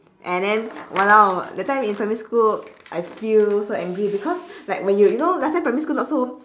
and then !walao! that time in primary school I feel so angry because like when you you know last time in primary school not so